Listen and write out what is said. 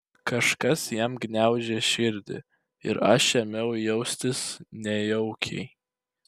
kažkas jam gniaužė širdį ir aš ėmiau jaustis nejaukiai